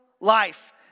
life